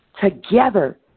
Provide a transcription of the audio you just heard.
together